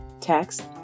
Text